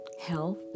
health